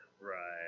Right